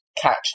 catch